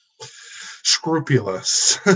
scrupulous